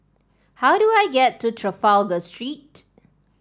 how do I get to Trafalgar Street